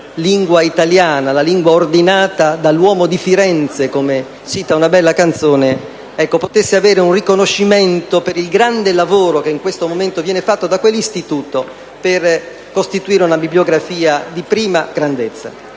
lingua italiana, quella ordinata dall'«uomo di Firenze», come dice una bella canzone, potesse avere un riconoscimento per il grande lavoro che in questo momento viene fatto dal Centro Pio Rajna per costituire una bibliografia di prima grandezza.